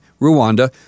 Rwanda